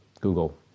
Google